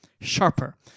Sharper